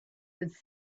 with